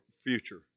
future